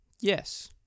Yes